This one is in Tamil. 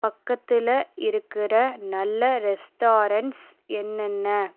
பக்கத்தில் இருக்கிற நல்ல ரெஸ்டாரண்ட்ஸ் என்னென்ன